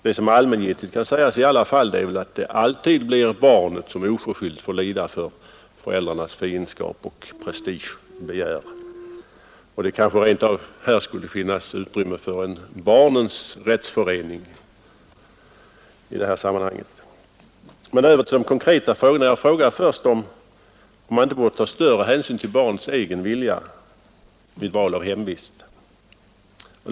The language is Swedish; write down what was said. Det som allmängiltigt kan sägas i alla sådana här fall är väl att det blir barnet som oförskyllt får lida för föräldrarnas fiendskap och prestigebegär, och det skulle kanske rent av finnas utrymme för en barnens rättsförening i detta sammanhang. Men över till de konkreta frågorna! Jag frågar först om man inte borde ta större hänsyn till barnets egen vilja vid val av hemvist.